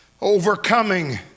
overcoming